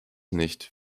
nicht